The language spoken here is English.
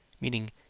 meaning